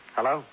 Hello